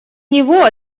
него